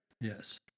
Yes